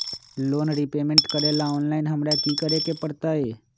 Loan repayment करेला online हमरा की करे के परतई?